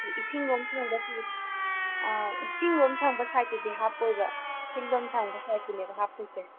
ꯏꯁꯤꯡꯂꯣꯝ ꯊꯪꯕ ꯁꯥꯏꯠ ꯑꯥ ꯏꯁꯤꯡꯂꯣꯝ ꯊꯪꯕ ꯁꯥꯏꯠꯇꯨꯗꯤ ꯍꯥꯞꯄꯣꯏꯕ ꯍꯤꯜꯂꯣꯝ ꯊꯪꯕ ꯁꯥꯏꯠꯇꯨꯅꯦꯕ ꯍꯥꯞꯇꯣꯏꯁꯦ